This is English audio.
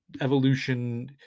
evolution